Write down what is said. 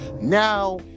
now